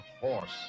Force